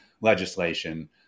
Legislation